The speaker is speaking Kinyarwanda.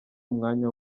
umwanya